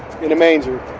in a manger.